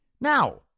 Now